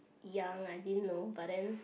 young I didn't know but then